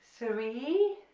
three,